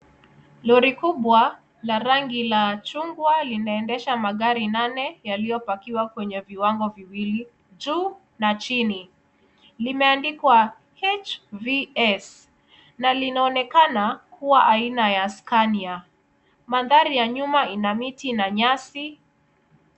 Lori kubwa na rangi la chungwa linaendesha magari nane yaliyopakiwa kwenye viwango viwili juu na chini. Limeandikwa HVS na linaonekana kuwa aina ya scania. Mandhari ya nyuma ina miti na nyasi.